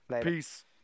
Peace